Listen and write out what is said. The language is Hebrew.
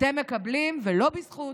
אתם מקבלים, ולא בזכות.